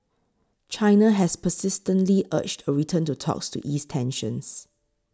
China has persistently urged a return to talks to ease tensions